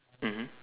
mmhmm